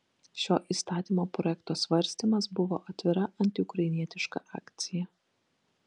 šio įstatymo projekto svarstymas buvo atvira antiukrainietiška akcija